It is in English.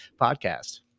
Podcast